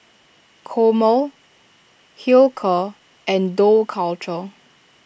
Chomel Hilker and Dough Culture